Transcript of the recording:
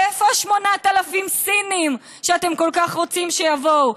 איפה 8,000 סינים שאתם כל כך רוצים שיבואו?